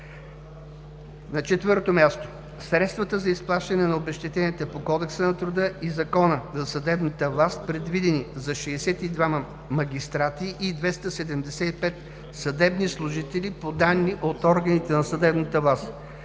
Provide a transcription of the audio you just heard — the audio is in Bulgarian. и поддръжка. 4. Средствата за изплащане на обезщетенията по Кодекса на труда и Закона за съдебната власт, предвидени за 62 магистрати и 275 съдебни служители, по данни от органите на съдебната власт.